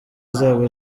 azaba